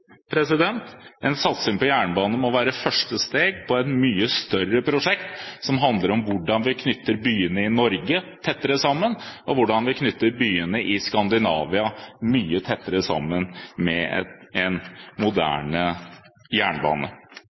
En satsing på jernbane må være første steg i et mye større prosjekt, som handler om hvordan vi knytter byene i Norge tettere sammen, og hvordan vi knytter byene i Skandinavia mye tettere sammen, med en moderne jernbane.